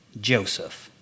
Joseph